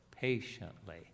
patiently